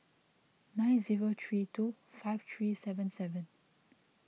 nine zero three two five three seven seven